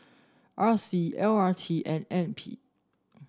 R C L R T and N P